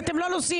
אתם לא נוסעים,